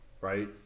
right